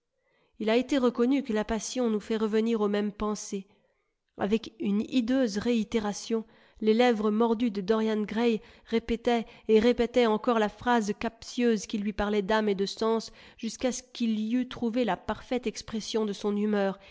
il a été reconnu que la passion nous fait revenir aux mêmes pensées avec une hideuse réitération les lèvres mordues de dorian gray répétaient et répétaient encore la phrase captieuse qui lui parlait d'âme et de sens jusqu'à ce qu'il y eût trouvé la parfaite expression de son humeur